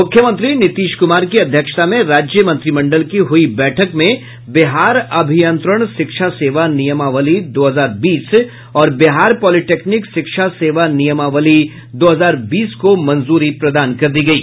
मुख्यमंत्री नीतीश कुमार की अध्यक्ष्ता में राज्य मंत्रिमंडल की हुई बैठक में बिहार अभियंत्रण शिक्षा सेवा नियमावली दो हजार बीस और बिहार पॉलिटेक्निक शिक्षा सेवा नियमावली दो हजार बीस को मंजूरी प्रदान कर दी गयी